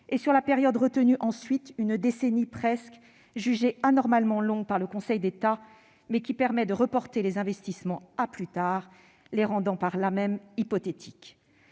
sur la période retenue, presque une décennie, durée jugée anormalement longue par le Conseil d'État, mais qui permet de reporter les investissements à plus tard, rendant par là même ceux-ci hypothétiques.